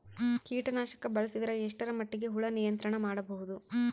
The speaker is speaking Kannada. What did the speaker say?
ಕೀಟನಾಶಕ ಬಳಸಿದರ ಎಷ್ಟ ಮಟ್ಟಿಗೆ ಹುಳ ನಿಯಂತ್ರಣ ಮಾಡಬಹುದು?